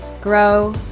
Grow